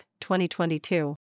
2022